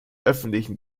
öffentlichen